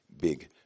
big